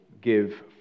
give